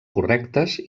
correctes